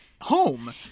home